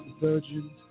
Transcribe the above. virgins